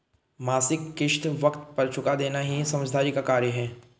मासिक किश्त वक़्त पर चूका देना ही समझदारी का कार्य है